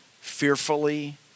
fearfully